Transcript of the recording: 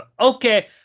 Okay